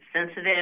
sensitive